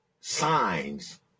signs